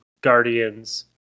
guardians